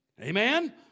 Amen